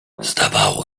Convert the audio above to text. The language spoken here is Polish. zdawało